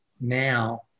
now